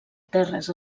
terres